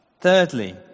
Thirdly